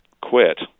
quit